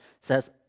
says